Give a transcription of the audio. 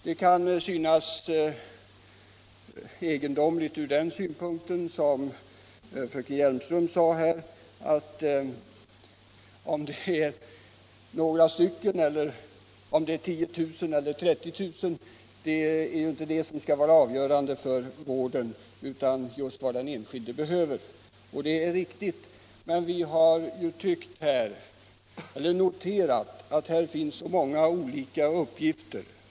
Det kan synas egendomligt från den synpunkt som fröken Hjelmström anförde: Avgörande för vården skall inte vara om det gäller 10 000 eller 30 000, utan vad den enskilde behöver. Det är riktigt. Men vi har noterat de många olika uppgifter som finns på detta område.